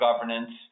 governance